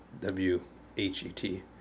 W-H-E-T